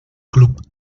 club